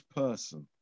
person